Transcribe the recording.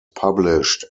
published